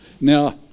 Now